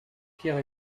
pierre